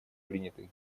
принятых